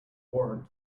warrant